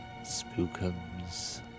Spookums